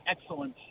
excellent